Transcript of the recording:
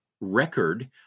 record